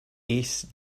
ace